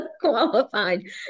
qualified